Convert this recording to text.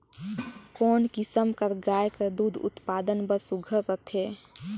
कोन किसम कर गाय हर दूध उत्पादन बर सुघ्घर रथे?